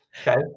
okay